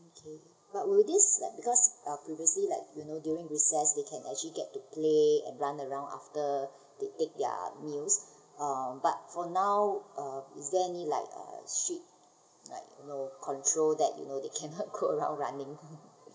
okay but would this like because uh previously like you know during recess they can actually get to play and run around after they take their meals um but for now uh is there any like uh strict like you know control that you know they cannot go around or running